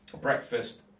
breakfast